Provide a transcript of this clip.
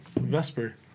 Vesper